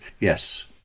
yes